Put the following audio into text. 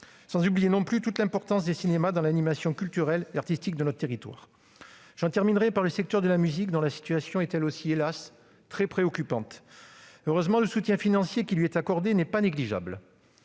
Sans oublier non plus toute l'importance des cinémas dans l'animation culturelle et artistique de nos territoires. J'en terminerai par le secteur de la musique, dont la situation est, elle aussi, très préoccupante hélas ! Heureusement, le soutien financier qui lui est accordé n'est pas négligeable.